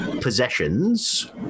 possessions